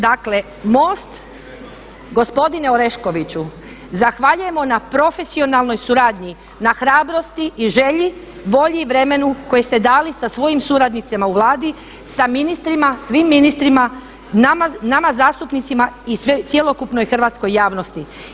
Dakle, MOST gospodine Oreškoviću zahvaljujemo na profesionalnoj suradnji, na hrabrosti i želji, volji i vremenu koje ste dali sa svojim suradnicima u Vladi, sa ministrima, svim ministrima, nama zastupnicima i cjelokupnoj hrvatskoj javnosti.